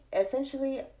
Essentially